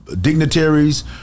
dignitaries